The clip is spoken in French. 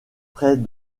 près